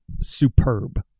superb